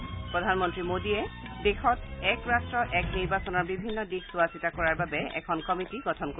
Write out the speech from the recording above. প্ৰধানমন্তী মোদীয়ে দেশত এক ৰাট্ট এক নিৰ্বাচনৰ বিভিন্ন দিশ চোৱাচিতা কৰাৰ বাবে এখন কমিটী গঠন কৰিব